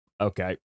okay